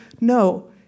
No